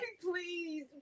please